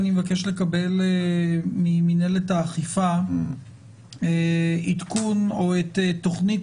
אני מבקש לקבל ממנהלת האכיפה עדכון או את תוכנית